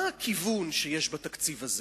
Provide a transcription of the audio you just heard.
מה הכיוון שיש בתקציב הזה?